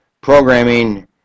programming